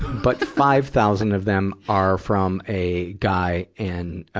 but five thousand of them are from a guy in, ah,